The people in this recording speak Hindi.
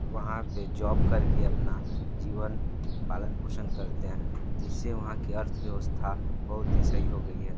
वहाँ पे जॉब करके अपना जीवन पालन पोषण करते हैं जिससे वहाँ की अर्थव्यवस्था बहुत ही सही हो गई है